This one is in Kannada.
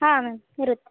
ಹಾಂ ಮ್ಯಾಮ್ ಇರತ್ತೆ